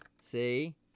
See